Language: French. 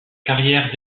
carrière